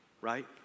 right